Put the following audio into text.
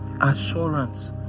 assurance